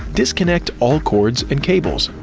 disconnect all cords and cables.